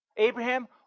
Abraham